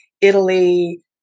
Italy